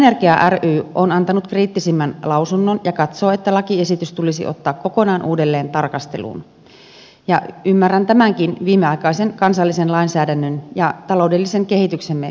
bioenergia ry on antanut kriittisimmän lausunnon ja katsoo että lakiesitys tulisi ottaa kokonaan uudelleen tarkasteluun ja ymmärrän tämänkin viimeaikaisen kansallisen lainsäädännön ja taloudellisen kehityksemme puitteissa